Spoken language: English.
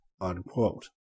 unquote